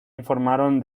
informaron